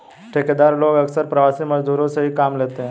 ठेकेदार लोग अक्सर प्रवासी मजदूरों से ही काम लेते हैं